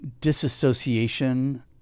disassociation